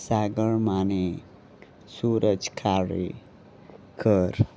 सागर माने सुरज कारेकर